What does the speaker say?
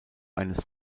eines